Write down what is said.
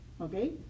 okay